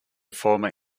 former